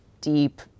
deep